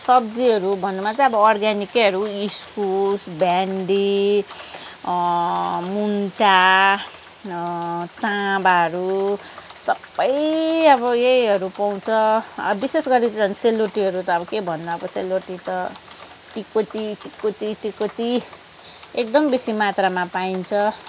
सब्जीहरू भन्नुमा चाहिँ अब अर्ग्यानिकैहरू इस्कुस भिन्डी मुन्टा ताँबाहरू सबै अब यहीहरू पाउँछ अब विशेष गरी त झन् सेलरोटीहरू त अब के भन्नु अब सेलरोटी त त्यहीँको त्यहीँ त्यहीँको त्यहीँ त्यहीँको त्यहीँ एकदम बेसी मात्रामा पाइन्छ